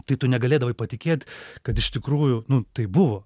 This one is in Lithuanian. tai tu negalėdavai patikėt kad iš tikrųjų nu tai buvo